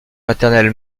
maternel